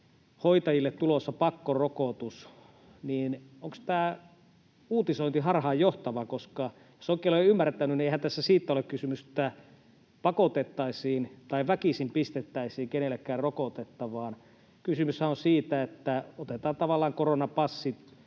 ”hoitajille tulossa pakkorokotus”, niin onko tämä uutisointi harhaanjohtavaa. Jos olen oikein ymmärtänyt, niin eihän tässä siitä ole kysymys, että pakotettaisiin tai väkisin pistettäisiin kenellekään rokotetta, vaan kysymyshän on siitä, että otetaan tavallaan koronapassi